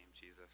Jesus